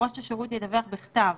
ראש השירות ידווח בכתב